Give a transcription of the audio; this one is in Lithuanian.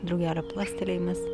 drugelio plastelėjimas